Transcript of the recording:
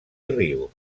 rius